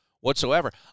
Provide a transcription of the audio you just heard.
whatsoever